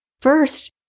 First